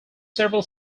several